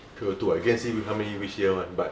three O two ah you go and see come in which year [one] but